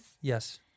Yes